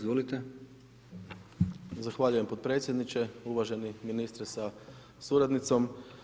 Zahvaljujem potpredsjedniče, uvaženi ministre sa suradnicom.